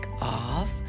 off